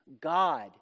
God